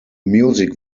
music